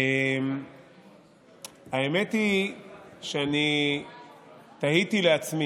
האמת היא שתהיתי לעצמי.